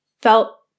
felt